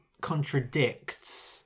contradicts